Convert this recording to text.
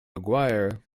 aguirre